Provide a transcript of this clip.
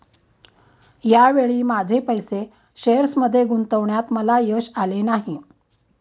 या वेळी माझे पैसे शेअर्समध्ये गुंतवण्यात मला यश आले नाही